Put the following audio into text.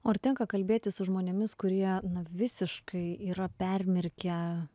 o ar tenka kalbėtis su žmonėmis kurie na visiškai yra permirkę